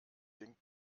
den